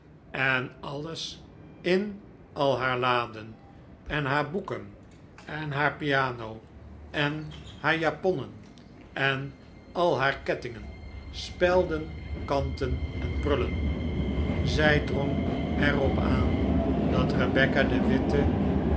en alles in al haar laden en haar boeken en haar piano en haar japonnen en al haar kettingen spelden kanten en prullen zij drong er op aan dat rebecca den